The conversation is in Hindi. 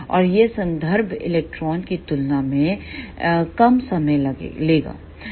और यह संदर्भ इलेक्ट्रॉन की तुलना में कम समय लेगा